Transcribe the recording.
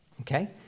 Okay